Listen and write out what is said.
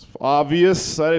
Obvious